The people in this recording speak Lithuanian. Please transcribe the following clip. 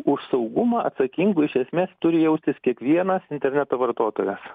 už saugumą atsakingu iš esmės turi jaustis kiekvienas interneto vartotojas